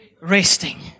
resting